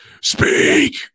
speak